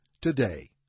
today